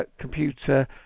computer